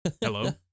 Hello